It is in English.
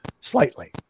slightly